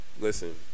Listen